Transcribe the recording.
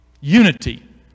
Unity